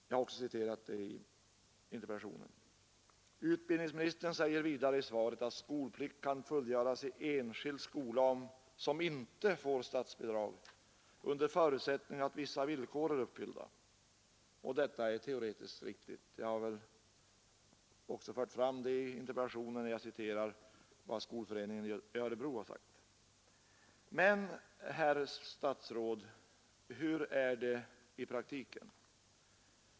Jag har också citerat det i Utbildningsministern säger vidare i svaret att skolplikt kan fullgöras i enskild skola som inte får statsbidrag under förutsättning att vissa villkor är uppfyllda. Detta är teoretiskt riktigt. Jag har också fört fram det i interpellationen, där jag citerar vad Kristna skolföreningen i Örebro har sagt. Men, herr statsråd, hur är det i praktiken?